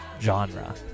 genre